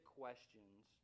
questions